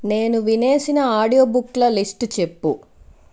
నేను వినేసిన ఆడియో బుక్ల లిస్టు చెప్పు